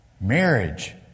Marriage